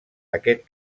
aquest